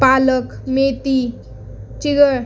पालक मेथी चिगळ